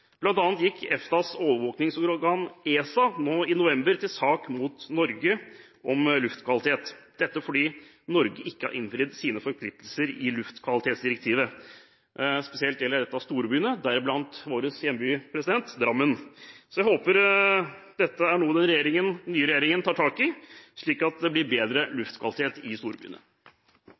gikk EFTAs overvåkningsorgan ESA nå i november til sak mot Norge om luftkvalitet – dette fordi Norge ikke har innfridd sine forpliktelser i luftkvalitetsdirektivet. Spesielt gjelder dette storbyene, deriblant vår hjemby Drammen, president. Jeg håper dette er noe den nye regjeringen tar tak i, slik at det blir bedre luftkvalitet i storbyene.